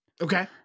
Okay